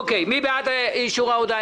מי בעד אישור ההודעה?